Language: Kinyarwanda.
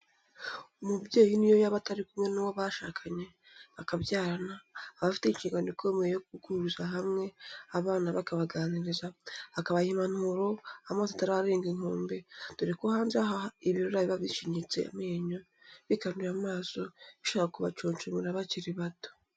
Umubyeyi n'iyo yaba atakiri kumwe n'uwo bashakanye, bakabyarana, aba afite inshingano ikomeye yo kuguhuriza hamwe abana be akabaganiriza, akabaha impanuro amazi atararenga inkombe, dore ko hanze aha ibirura biba bishinyitse amenyo, bikanuye amaso, bishaka kubaconcomera, bakiri bato.